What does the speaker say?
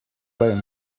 buying